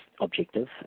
objective